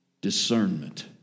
Discernment